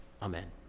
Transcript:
Amen